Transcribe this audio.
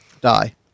die